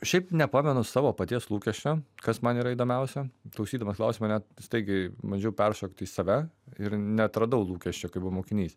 šiaip nepamenu savo paties lūkesčio kas man yra įdomiausia klausydamas klausimo net staigiai bandžiau peršokt į save ir neatradau lūkesčio kai buvau mokinys